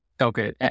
Okay